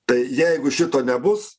tai jeigu šito nebus